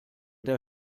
der